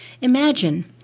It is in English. Imagine